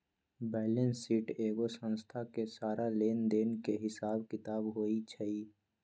balance sheet एगो संस्था के सारा लेन देन के हिसाब किताब होई छई